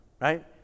Right